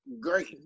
great